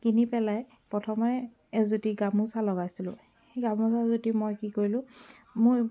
কিনি পেলাই প্ৰথমে এযুতি গামোচা লগাইছিলোঁ গামোচাযুতি মই কি কৰিলোঁ মোৰ